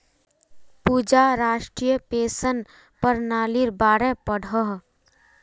पूजा राष्ट्रीय पेंशन पर्नालिर बारे पढ़ोह